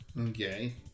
Okay